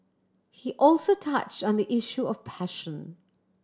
he also touch on the issue of passion